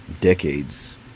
decades